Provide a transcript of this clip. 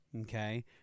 okay